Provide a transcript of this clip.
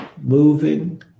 moving